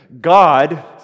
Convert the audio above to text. God